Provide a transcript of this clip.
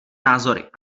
názory